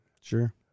Sure